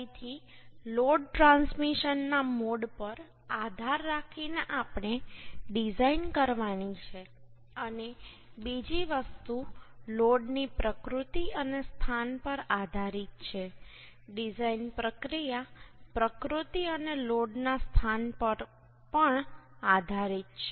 ફરીથી load transmission ના mode પર આધાર રાખીને આપણે ડિઝાઇન કરવાની છે અને બીજી વસ્તુ લોડની પ્રકૃતિ અને સ્થાન પર આધારિત છે ડિઝાઇન પ્રક્રિયા પ્રકૃતિ અને લોડના સ્થાન પણ પર આધારિત છે